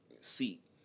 seat